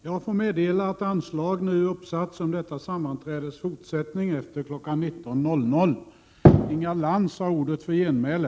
Jag får meddela att anslag nu har satts upp om att detta sammanträde skall fortsätta efter kl. 19.00.